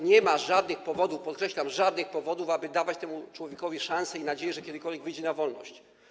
Nie ma żadnych powodów, podkreślam, żadnych powodów, aby dawać temu człowiekowi szansę i nadzieję, że kiedykolwiek wyjdzie na wolność.